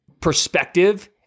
perspective